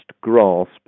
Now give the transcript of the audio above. grasp